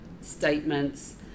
statements